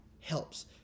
helps